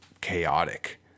chaotic